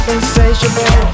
Insatiable